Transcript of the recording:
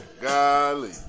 Golly